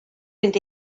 mynd